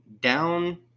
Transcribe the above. down